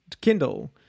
kindle